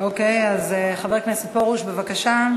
חבר הכנסת מוזס, בבקשה.